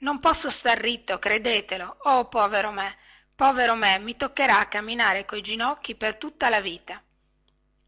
non posso star ritto credetelo o povero me povero me che mi toccherà a camminare coi ginocchi per tutta la vita